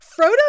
Frodo